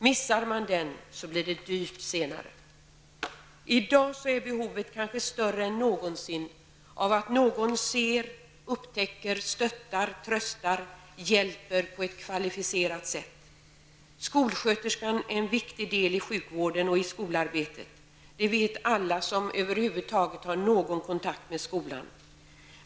Missar man den blir det dyrt senare. I dag är behovet kanske större än någonsin av att någon ser, upptäcker, stöttar, tröstar och hjälper på ett kvalificerat sätt. Skolsköterskan är en viktig del i sjukvården och i skolarbetet. Det vet alla som över huvud taget har någon kontakt med skolan.